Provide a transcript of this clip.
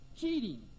cheating